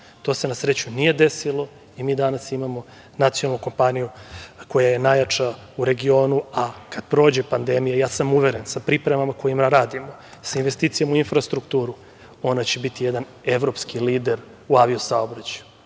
To se na sreću nije desilo i mi danas imamo nacionalnu kompaniju koja je najjača u regionu, a kada prođe pandemija, uveren sam, sa pripremama na kojima radimo, sa investicijama u infrastrukturu, ona će biti jedan evropski lider u avio saobraćaju.